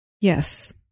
yes